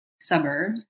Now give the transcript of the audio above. suburb